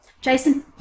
Jason